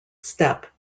step